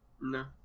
no